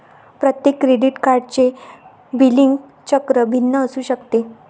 प्रत्येक क्रेडिट कार्डचे बिलिंग चक्र भिन्न असू शकते